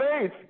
faith